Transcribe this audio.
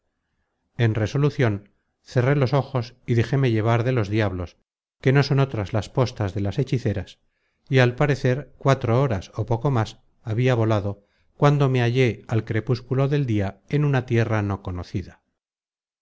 en resolucion cerré los ojos y dejéme llevar de los diablos que no son otras las postas de las hechiceras y al parecer cuatro horas ó poco más habia volado cuando me hallé al crepúsculo del dia en una tierra no conocida